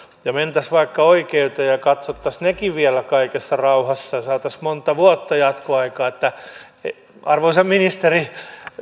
ja mentäisiin vaikka oikeuteen ja katsottaisiin sekin vielä kaikessa rauhassa ja saataisiin monta vuotta jatkoaikaa arvoisa ministeri